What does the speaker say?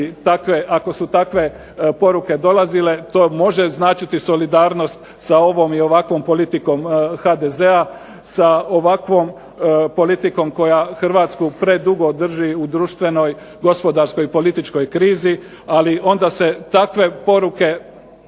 ako su takve poruke dolazile to može značiti solidarnost sa ovom i ovakvom politikom HDZ-a sa ovakvom politikom koja Hrvatsku predugo drži u društvenoj, gospodarskoj i političkoj krizi, ali onda se takve poruke političkih